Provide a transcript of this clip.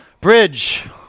Bridge